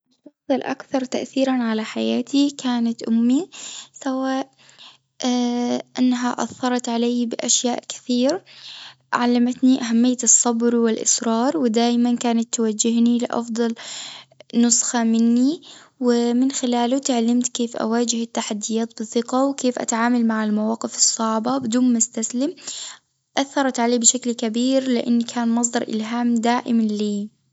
الشخص الأكثر تأثيرًا على حياتي كانت أمي سواء إنها أثرت علي بأشياء كثيرة علمتني أهمية الصبر والإصرار ودايمًا كانت توجهني لافضل نسخة مني، ومن خلاله تعلمت كيف أواجه التحديات بثقة وكيف أتعامل مع المواقف الصعبة بدون ما استسلم أثرت علي بشكل كبير لإن كان مصدر إلهام دائم لي.